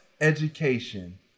education